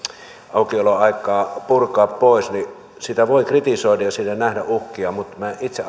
aukioloaikaa purkaa pois voi kritisoida ja siinä nähdä uhkia mutta minä itse